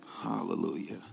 hallelujah